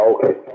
Okay